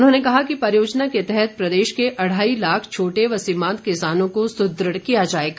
उन्होंने कहा कि परियोजना के तहत प्रदेश के अढ़ाई लाख छोटे व सीमांत किसानों को सुदृढ़ किया जाएगा